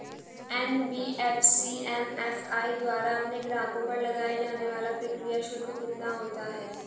NBFC MFI द्वारा अपने ग्राहकों पर लगाए जाने वाला प्रक्रिया शुल्क कितना होता है?